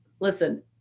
listen